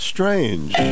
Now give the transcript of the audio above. Strange